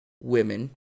women